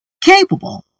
capable